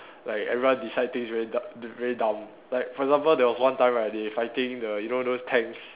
like everyone decide things very du~ very dumb like for example there was one time right they fighting the you know those tanks